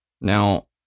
Now